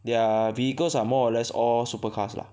their vehicles are more or less all super cars lah